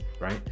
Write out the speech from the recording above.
right